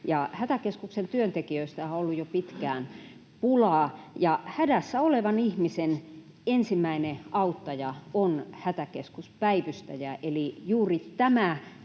Hätäkeskuksen työntekijöistähän on ollut jo pitkään pulaa, ja hädässä olevan ihmisen ensimmäinen auttaja on hätäkeskuspäivystäjä, eli juuri tämän